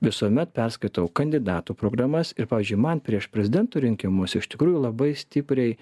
visuomet perskaitau kandidatų programas ir pavyzdžiui man prieš prezidento rinkimus iš tikrųjų labai stipriai